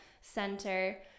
center